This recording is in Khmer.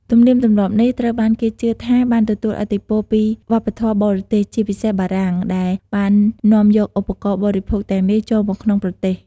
ទំនៀមទម្លាប់នេះត្រូវបានគេជឿថាបានទទួលឥទ្ធិពលពីវប្បធម៌បរទេស ជាពិសេសបារាំង ដែលបាននាំយកឧបករណ៍បរិភោគទាំងនេះចូលមកក្នុងប្រទេស។